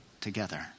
together